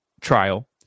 trial